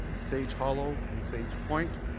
sage hollow and sage point.